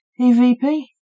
EVP